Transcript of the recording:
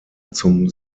zum